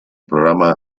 programa